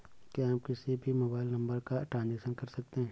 क्या हम किसी भी मोबाइल नंबर का ट्रांजेक्शन कर सकते हैं?